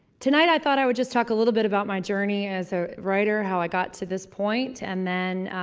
tonight, i thought i would just talk a little bit about my journey, as a writer how i got to this point. and then,